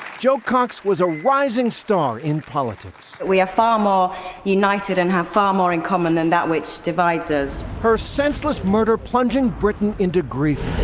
jo cox was a rising star in politics. we are far more united and have far more in common than that which divides us. her senseless murder plunging britain into grief.